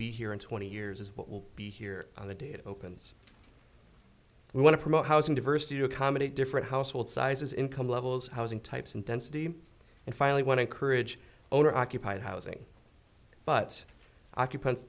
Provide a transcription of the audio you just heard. be here in twenty years is what will be here on the day it opens we want to promote housing diversity to accommodate different households sizes income levels housing types and density and finally one encourage owner occupied housing but occupan